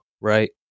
right